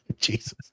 Jesus